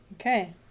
okay